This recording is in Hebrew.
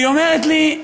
והיא אומרת לי,